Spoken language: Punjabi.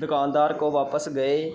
ਦੁਕਾਨਦਾਰ ਕੋਲ ਵਾਪਸ ਗਏ